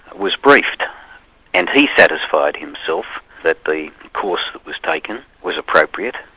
was briefed and he satisfied himself that the course that was taken was appropriate.